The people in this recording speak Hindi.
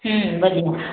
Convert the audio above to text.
बोलिए